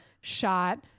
shot